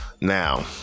Now